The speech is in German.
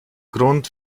grund